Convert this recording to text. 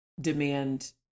demand